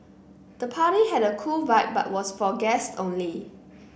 the party had a cool vibe but was for guests only